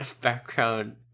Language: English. background